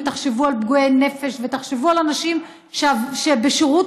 ותחשבו על פגועי נפש ותחשבו על אנשים שנפגעו בשירות